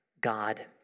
God